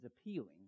appealing